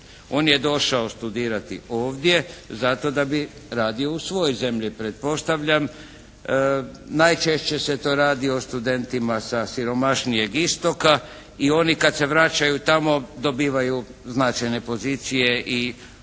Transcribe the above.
On je došao studirati ovdje zato da bi radio u svojoj zemlji pretpostavljam. Najčešće se to radi o studentima sa siromašnijeg istoka i oni kad se vraćaju tamo dobivaju značajne pozicije i ugledne